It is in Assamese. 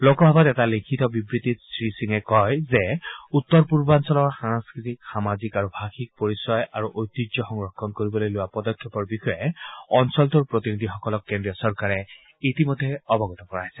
লোকসভাত এটা লিখিত বিবৃতিত শ্ৰীসিঙে কয় যে উত্তৰ পূৰ্বাঞ্চলৰ সাংস্কৃতিক সামাজিক আৰু ভাষিক পৰিচয় আৰু ঐতিহ্যক সংৰক্ষণ কৰিবলৈ লোৱা পদক্ষেপৰ বিষয়ে অঞ্চলটোৰ প্ৰতিনিধিসকলক কেন্দ্ৰীয় চৰকাৰে অৱগত কৰাইছে